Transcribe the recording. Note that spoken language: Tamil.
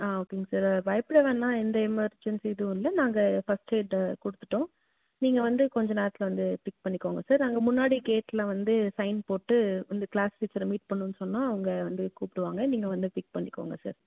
ஆ ஓகேங்க சார் பயப்பட வேணாம் எந்த எமர்ஜென்சி எதுவுமில்ல நாங்கள் ஃபஸ்ட் எய்டு கொடுத்துட்டோம் நீங்கள் வந்து கொஞ்சம் நேரத்தில் வந்து பிக் பண்ணிக்கோங்க சார் அங்கே முன்னாடி கேட்டில் வந்து சைன் போட்டு வந்து க்ளாஸ் டீச்சரை மீட் பண்ணணுன்னு சொன்னால் அவங்க வந்து கூப்பிடுவாங்க நீங்கள் வந்து பிக் பண்ணிக்கோங்க சார்